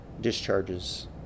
discharges